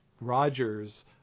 Roger's